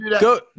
go